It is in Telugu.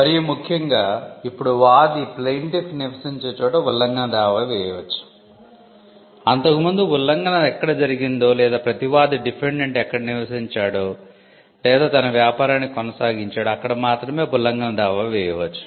మరియు ముఖ్యంగా ఇప్పుడు వాది ఎక్కడ నివసించాడో లేదా తన వ్యాపారాన్ని కొనసాగించాడో అక్కడ మాత్రమే ఉల్లంఘన దావా వేయవచ్చు